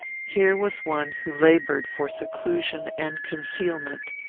here was one who laboured for seclusion and concealment.